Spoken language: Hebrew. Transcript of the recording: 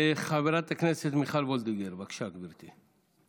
חברת הכנסת מיכל וולדיגר, בבקשה, גברתי.